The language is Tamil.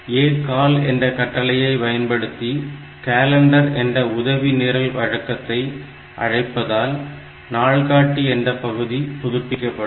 ACALL என்ற கட்டளையை பயன்படுத்தி கலண்டர் என்ற உதவி நிரல் வழக்கத்தை அழைப்பதால் நாள்காட்டி என்ற பகுதி புதுப்பிக்கப்படும்